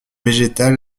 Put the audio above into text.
végétal